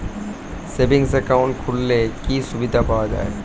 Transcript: Savings account খুললে কি সুবিধা পাওয়া যায়?